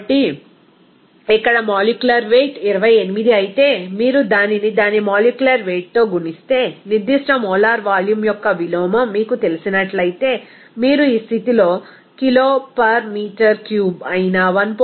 కాబట్టి ఇక్కడ molecular weight 28 అయితే మీరు దానిని దాని మాలిక్యులర్ వెయిట్ తో గుణిస్తే నిర్దిష్ట మోలార్ వాల్యూమ్ యొక్క విలోమం మీకు తెలిసినట్లయితే మీరు ఈ స్థితిలో కిలో పార్ మీటర్ క్యూబ్ అయిన 1